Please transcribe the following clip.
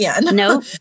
No